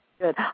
Good